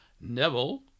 Neville